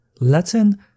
Latin